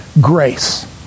grace